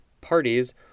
parties